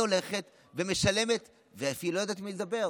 והיא הולכת ומשלמת ואפילו לא יודעת עם מי לדבר.